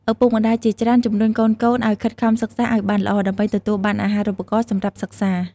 ឪពុកម្តាយជាច្រើនជំរុញកូនៗឱ្យខិតខំសិក្សាឲ្យបានល្អ ដើម្បីទទួលបានអាហារូបករណ៍សម្រាប់សិក្សា។